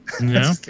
No